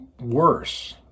worse